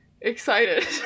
excited